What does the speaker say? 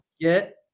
Get